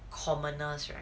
commoners right